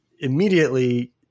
immediately